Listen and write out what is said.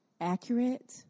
accurate